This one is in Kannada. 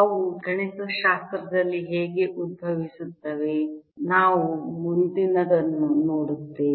ಅವು ಗಣಿತಶಾಸ್ತ್ರದಲ್ಲಿ ಹೇಗೆ ಉದ್ಭವಿಸುತ್ತವೆ ನಾವು ಮುಂದಿನದನ್ನು ನೋಡುತ್ತೇವೆ